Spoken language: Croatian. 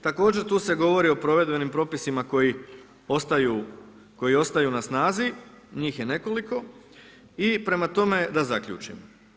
Također tu se govori o provedbenim propisima koji ostaju na snazi, njih je nekoliko i prema tome da zaključim.